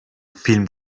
film